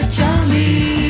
Charlie